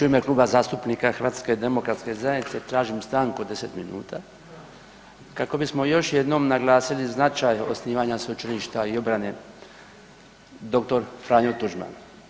U ime Kluba zastupnika HDZ-a tražim stanku od 10 minuta kako bismo još jednom naglasili značaj osnivanja Sveučilišta obrane dr. Franjo Tuđman.